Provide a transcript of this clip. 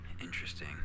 Interesting